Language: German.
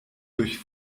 durch